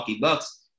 Bucks